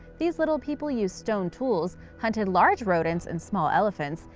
these little people used stone tools, hunted large rodents and small elephants,